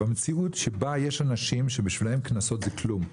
במציאות שבה יש אנשים שבשבילם קנסות זה כלום,